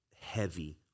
heavy